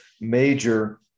major